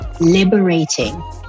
liberating